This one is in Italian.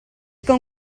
con